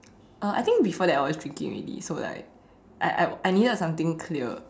uh I think before that I was drinking already so like I I needed something clear